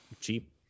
cheap